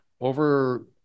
over